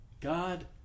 God